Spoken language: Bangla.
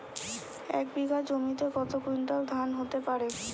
এক বিঘা জমিতে কত কুইন্টাল ধান হতে পারে?